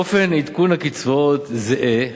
אופן עדכון הקצבאות זהה,